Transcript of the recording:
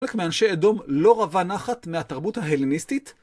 חלק מאנשי אדום לא רווה נחת מהתרבות ההלניסטית?